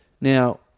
Now